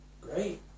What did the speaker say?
great